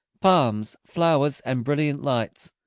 palms, flowers, and brilliant lights.